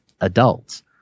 adults